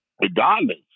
regardless